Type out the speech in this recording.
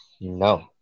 No